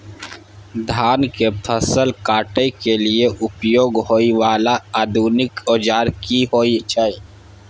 धान के फसल काटय के लिए उपयोग होय वाला आधुनिक औजार की होय छै?